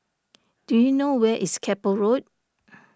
do you know where is Keppel Road